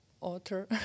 author